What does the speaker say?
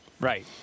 Right